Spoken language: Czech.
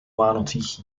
vánocích